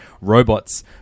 robots